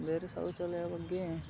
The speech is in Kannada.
ಬೇರೆ ಶೌಚಾಲಯ ಬಗ್ಗೆ